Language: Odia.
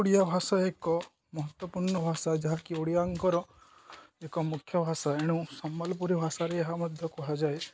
ଓଡ଼ିଆ ଭାଷା ଏକ ମହତ୍ୱପୂର୍ଣ୍ଣ ଭାଷା ଯାହାକି ଓଡ଼ିଆଙ୍କର ଏକ ମୁଖ୍ୟ ଭାଷା ଏଣୁ ସମ୍ବଲପୁରୀ ଭାଷାରେ ଏହା ମଧ୍ୟ କୁହାଯାଏ